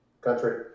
Country